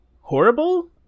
horrible